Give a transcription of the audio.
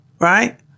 right